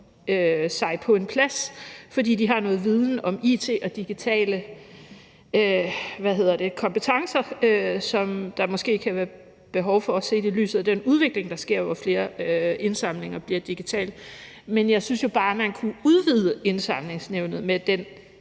sig på en plads, fordi de har noget viden om it og digitale kompetencer, som der måske kan være behov for set i lyset af den udvikling, der sker, hvor flere indsamlinger bliver digitale. Men jeg synes jo bare, man kunne udvide Indsamlingsnævnet med den